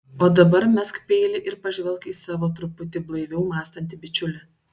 o dabar mesk peilį ir pažvelk į savo truputį blaiviau mąstantį bičiulį